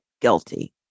guilty